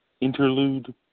interlude